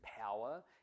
power